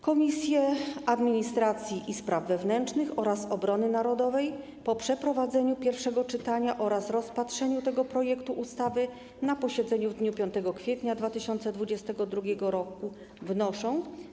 Komisje: Administracji i Spraw Wewnętrznych oraz Obrony Narodowej po przeprowadzeniu pierwszego czytania oraz rozpatrzeniu tego projektu ustawy na posiedzeniu w dniu 5 kwietnia 2022 r. wnoszą: